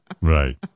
Right